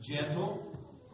gentle